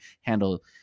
handle